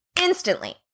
instantly